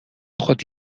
خود